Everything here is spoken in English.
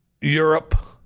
Europe